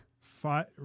five